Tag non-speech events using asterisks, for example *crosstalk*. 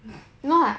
*laughs*